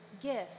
gift